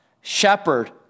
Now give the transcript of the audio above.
Shepherd